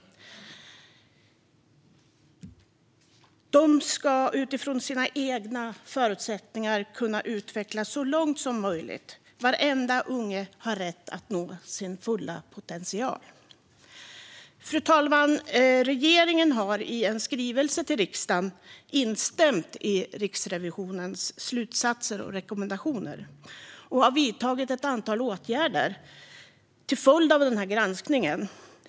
De ska utifrån sina egna förutsättningar kunna utvecklas så långt som möjligt. Varenda unge har rätt att nå sin fulla potential. Fru talman! Regeringen har i en skrivelse till riksdagen instämt i Riksrevisionens slutsatser och rekommendationer och har vidtagit ett antal åtgärder till följd av granskningen.